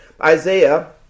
Isaiah